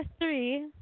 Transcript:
three